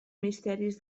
misteris